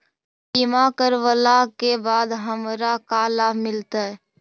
बीमा करवला के बाद हमरा का लाभ मिलतै?